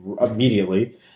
immediately